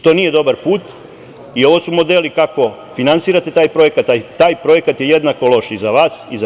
To nije dobar put i ovo su modeli kako finansirate taj projekat, taj projekat je jednako loš i za vas i za nas.